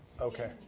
Okay